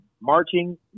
marching